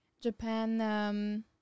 Japan